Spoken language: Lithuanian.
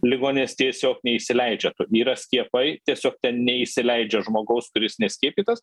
ligoninės tiesiog neįsileidžia yra skiepai tiesiog ten neįsileidžia žmogaus kuris neskiepytas